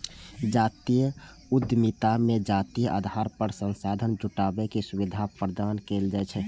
जातीय उद्यमिता मे जातीय आधार पर संसाधन जुटाबै के सुविधा प्रदान कैल जाइ छै